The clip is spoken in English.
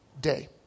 day